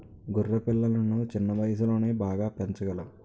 గొర్రె పిల్లలను చిన్న వయసులోనే బాగా పెంచగలం